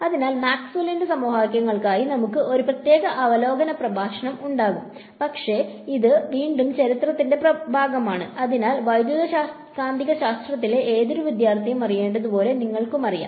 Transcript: അതിനാൽ മാക്സ്വെല്ലിന്റെ സമവാക്യങ്ങൾക്കായി നമുക്ക് ഒരു പ്രത്യേക അവലോകന പ്രഭാഷണം ഉണ്ടാകും പക്ഷേ ഇത് വീണ്ടും ചരിത്രത്തിന്റെ ഭാഗമാണ് അതിനാൽ വൈദ്യുതകാന്തികശാസ്ത്രത്തിലെ ഏതൊരു വിദ്യാർത്ഥിയും അറിയേണ്ടതുപോലെ നിങ്ങൾകുമറിയാം